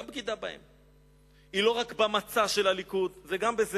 גם בגידה בהם, לא רק במצע של הליכוד, גם בו,